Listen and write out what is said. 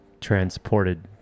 transported